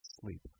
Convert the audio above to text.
sleep